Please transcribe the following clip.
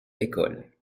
l’école